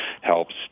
helps